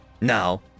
Now